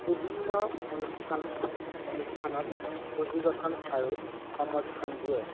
বিভিন্ন অনুষ্ঠান অনুষ্ঠানত পুঁজিগঠন আৰু সমৰ্থন দিয়ে